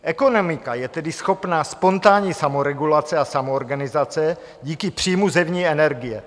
Ekonomika je tedy schopna spontánní samoregulace a samoorganizace díky příjmu zevní energie.